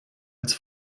als